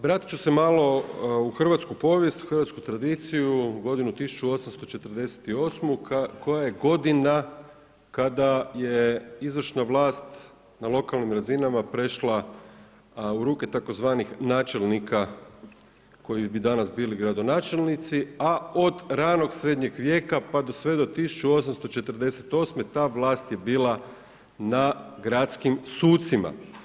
Vratit ću se malo u hrvatsku povijest, hrvatsku tradiciju, godinu 1848. koja je godina kada je izvršna vlast na lokalnim razinama prešla u ruke tzv. načelnika koji bi danas bili gradonačelnici, a od ranog srednjeg vijeka pa sve do 1848. ta vlast je bila na gradskim sucima.